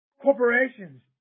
corporations